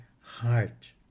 heart